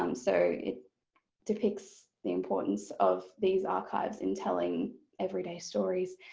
um so it depicts the importance of these archives in telling everyday stories.